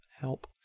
Help